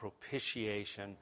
propitiation